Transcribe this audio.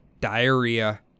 diarrhea